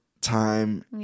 time